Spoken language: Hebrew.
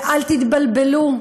ואל תתבלבלו,